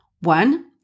One